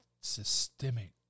systemic